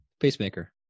Pacemaker